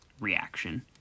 reaction